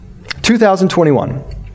2021